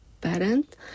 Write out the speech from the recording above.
parent